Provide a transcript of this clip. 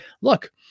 look